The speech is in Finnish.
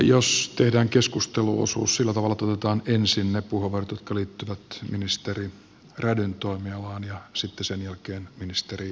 jos tehdään keskusteluosuus sillä tavalla että otetaan ensin ne puheenvuorot jotka liittyvät ministeri rädyn toimialaan ja sitten sen jälkeen ministeri huoviselle osoitetut